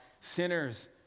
sinners